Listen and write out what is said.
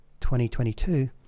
2022